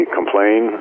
complain